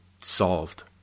solved